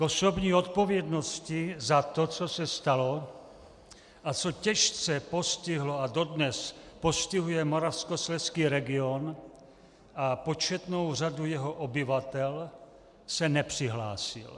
K osobní odpovědnosti za to, co se stalo a co těžce postihlo a co dodnes postihuje moravskoslezský region a početnou řadu jeho obyvatel, se nepřihlásil.